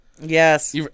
Yes